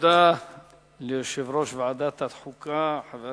תודה ליושב-ראש ועדת החוקה, חבר